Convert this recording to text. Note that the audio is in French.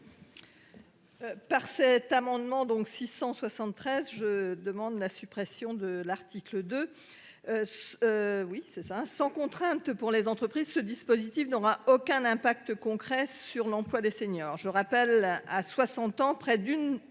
Par cet amendement. Donc 673, je demande la suppression de l'article de. Oui c'est ça hein. Sans contrainte pour les entreprises. Ce dispositif n'aura aucun impact concret sur l'emploi des seniors. Je rappelle à 60 ans près d'une